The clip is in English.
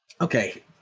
Okay